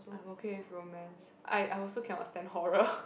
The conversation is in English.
I'm okay with romance I I also cannot stand horror